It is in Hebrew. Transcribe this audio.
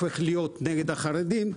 לנושא נגד החרדים,